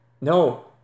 No